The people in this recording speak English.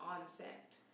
onset